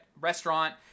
restaurant